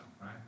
right